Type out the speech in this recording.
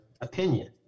opinion